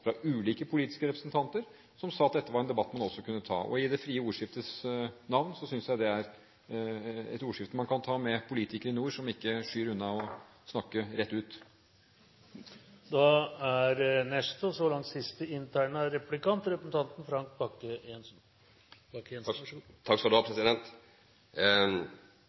ulike politiske representanter, som sa at dette var en debatt man kunne ta. I det frie ordskiftets navn synes jeg dette er et ordskifte man kan ta med politikere i nord, som ikke skyr å snakke rett ut. Nordområdesatsingen omtales veldig ofte som mulighetenes arena, og